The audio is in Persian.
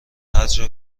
هرجا